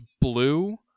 blue